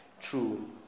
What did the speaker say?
True